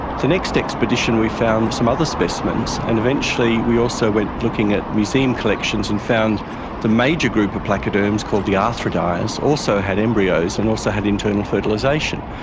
the next expedition we found some other specimens, and eventually we also went looking at museum collections and found the major group of placoderms called the arthrodires also had embryos and also had internal fertilisation.